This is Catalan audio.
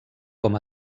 com